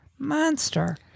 monster